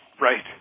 Right